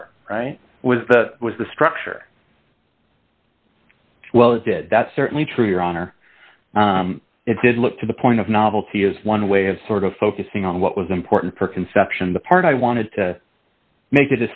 art right was that was the structure well it did that's certainly true your honor it did look to the point of novelty is one way of sort of focusing on what was important for conception the part i wanted to make a